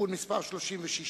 (תיקון מס' 36)